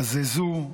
בזזו,